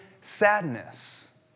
sadness